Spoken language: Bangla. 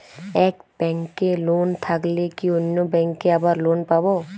এক ব্যাঙ্কে লোন থাকলে কি অন্য ব্যাঙ্কে আবার লোন পাব?